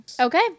Okay